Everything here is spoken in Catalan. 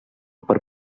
per